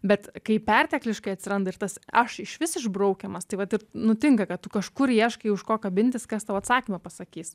bet kai pertekliškai atsiranda ir tas aš išvis išbraukiamas tai vat ir nutinka kad kažkur ieškai už ko kabintis kas tau atsakymą pasakys